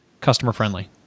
customer-friendly